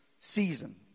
season